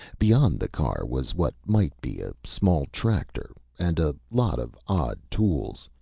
beyond the car was what might be a small tractor. and a lot of odd tools.